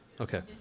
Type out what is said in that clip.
Okay